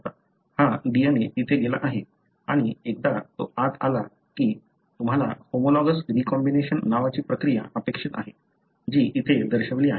हा DNA तिथे गेला आहे आणि एकदा तो आत आला की तुम्हाला होमोलॉगस रीकॉम्बिनेशन नावाची प्रक्रिया अपेक्षित आहे जी येथे दर्शविली आहे